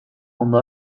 ondo